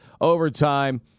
overtime